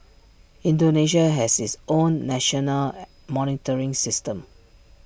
Indonesia has its own national monitoring system